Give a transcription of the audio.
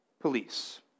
Police